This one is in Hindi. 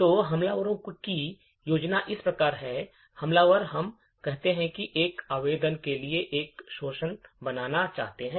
तो हमलावरों की योजना इस प्रकार है हमलावर हम कहते हैं कि एक आवेदन के लिए एक शोषण बनाना चाहते हैं